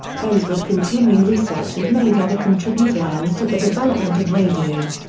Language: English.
bose would continue research and made other contributuions to the development of radio.